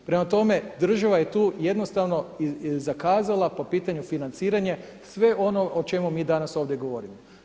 Prema tome, država je tu jednostavno zakazala po pitanju financiranja sve ono o čemu mi danas ovdje govorimo.